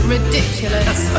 Ridiculous